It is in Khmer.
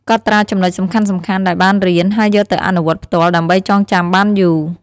កត់ត្រាចំណុចសំខាន់ៗដែលបានរៀន ហើយយកទៅអនុវត្តផ្ទាល់ដើម្បីចងចាំបានយូរ។